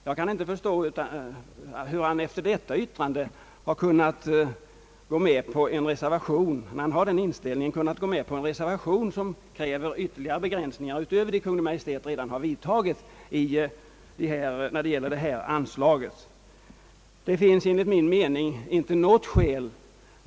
Jag kan inte förstå hur han med den inställningen har kunnat gå med på en reservation, i vilken krävs ytterligare begränsningar av detta anslag utöver dem som Kungl. Maj:t redan har föreslagit.